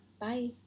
bye